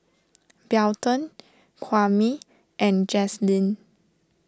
Belton Kwame and Jazlene